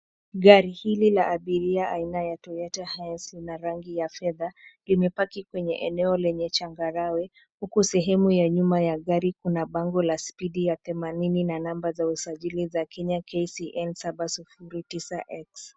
Gari hili la abiria aina ya Toyota Hiace lina rangi ya fedha. Limepaki kwenye eneo lenye changarawe, huku sehemu ya nyuma ya gari kuna bango la speedi ya themanini na namba za usajili za Kenya KCN 709X .